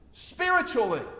Spiritually